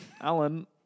Alan